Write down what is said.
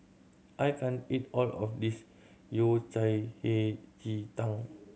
I can't eat all of this Yao Cai Hei Ji Tang